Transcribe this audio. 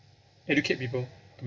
educate people to